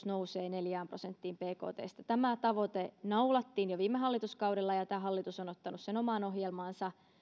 nousee neljään prosenttiin bktstä tämä tavoite naulattiin jo viime hallituskaudella ja tämä nykyinen hallitus on ottanut sen omaan ohjelmaansa